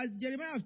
Jeremiah